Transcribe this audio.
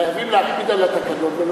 חייבים להקפיד על התקנון, שלא